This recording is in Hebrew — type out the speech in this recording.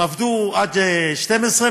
הן עבדו עד 12:00,